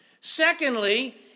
Secondly